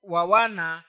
Wawana